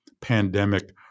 pandemic